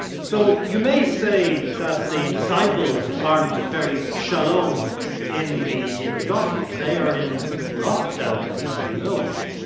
so you may say that the disciples aren't very shalom in the in the gospel. they are in lockdown as we know.